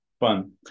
Fun